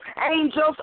angels